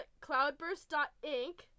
cloudburst.inc